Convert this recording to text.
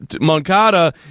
Moncada